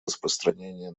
распространения